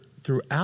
throughout